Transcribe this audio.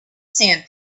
sand